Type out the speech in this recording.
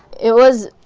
it was.